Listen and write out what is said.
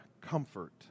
comfort